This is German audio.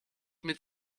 mit